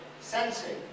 Sensing